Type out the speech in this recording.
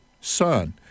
son